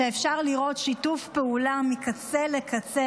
שאפשר לראות שיתוף פעולה מקצה לקצה